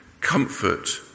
comfort